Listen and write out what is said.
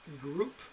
group